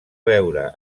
veure